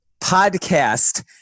podcast